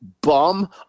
bum